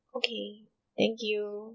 okay thank you